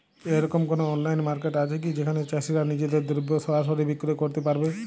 এরকম কোনো online market আছে কি যেখানে চাষীরা নিজেদের দ্রব্য সরাসরি বিক্রয় করতে পারবে?